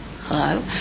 Hello